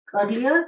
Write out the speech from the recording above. Earlier